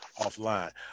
offline